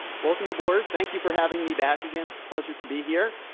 welcome aboard. thank you for having me back again. it's a pleasure to be here.